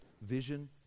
vision